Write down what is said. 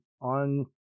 on